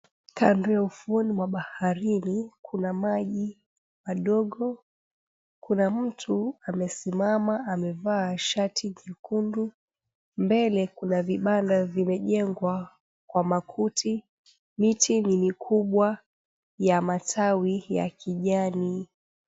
Kando ya ufuoni mwa baharini kuna maji madogo. Kuna mtu amesimama amevaa shati nyekundu, mbele kuna vibanda vimejengwa kwa makuti, miti ni mikubwa ya matawi ya kijani.